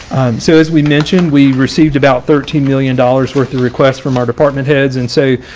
so as we mentioned, we received about thirteen million dollars worth of requests from our department heads and say,